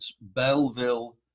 Belleville